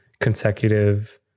consecutive